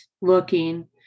looking